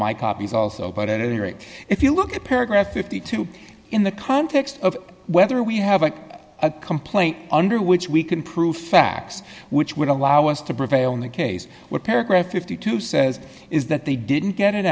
my copies also but at any rate if you look at paragraph fifty two in the context of whether we have a complaint under which we can prove facts which would allow us to prevail in a case where paragraph fifty two dollars says is that they didn't get